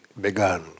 began